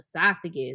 esophagus